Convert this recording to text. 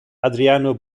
adriano